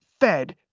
Fed